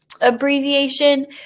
abbreviation